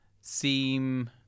seem